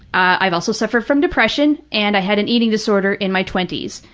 i've also suffered from depression, and i had an eating disorder in my twenty